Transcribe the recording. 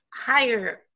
higher